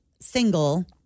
single